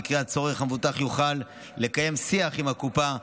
במקרה הצורך המבוטח יוכל לקיים שיח עם הקופה,